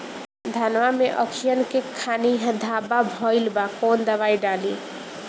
धनवा मै अखियन के खानि धबा भयीलबा कौन दवाई डाले?